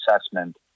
assessment